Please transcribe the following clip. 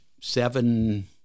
seven